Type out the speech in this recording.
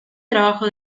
trabajo